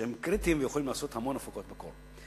שהם קריטיים ויכולים לעשות המון הפקות מקור.